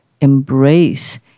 embrace